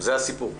זה הסיפור.